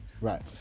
Right